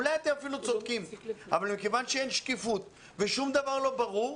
אולי אתם אפילו צודקים אבל מכיוון שאין שקיפות ושום דבר לא ברור,